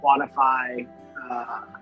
quantify